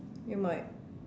you might